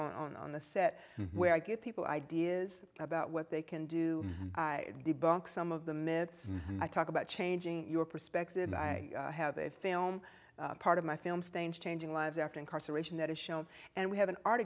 on on the set where i give people ideas about what they can do i debunk some of the myths i talk about changing your perspective i have a film part of my film stain changing lives after incarceration that is shown and we have an art